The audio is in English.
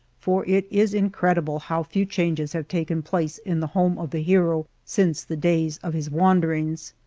for it is incredible how few changes have taken place in the home of the hero since the days of his wanderings.